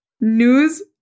News